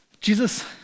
Jesus